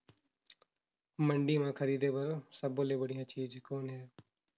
मंडी म खरीदे बर सब्बो ले बढ़िया चीज़ कौन हे?